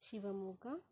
Shivamogga